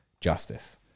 justice